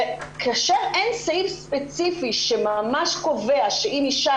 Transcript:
וכאשר אין סעיף ספציפי שממש קובע שאם לאישה